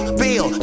bill